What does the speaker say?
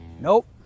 Nope